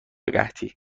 قحطی